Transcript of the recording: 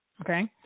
okay